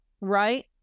right